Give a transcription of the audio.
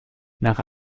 nach